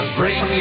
bring